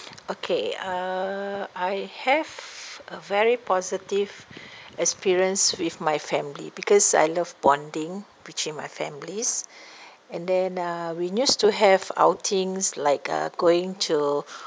okay uh I have a very positive experience with my family because I love bonding between my families and then uh we used to have outings like uh going to